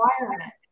requirement